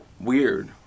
weird